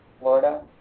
Florida